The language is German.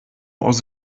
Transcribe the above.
aus